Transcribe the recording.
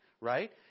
right